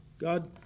God